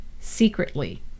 secretly